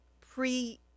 pre